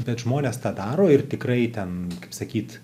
bet žmonės tą daro ir tikrai ten kaip sakyt